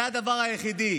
זה הדבר היחיד.